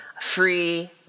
free